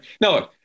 no